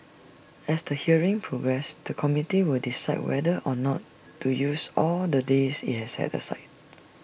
as the hearings progress the committee will decide whether or not to use all the days IT has set aside